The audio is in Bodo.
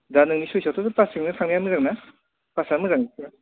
दा नोंनि सयसआवथ' बासजोंनो थांनाया मोजां ना बासानो मोजां